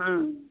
हाँ